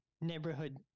neighborhood